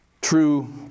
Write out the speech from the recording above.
true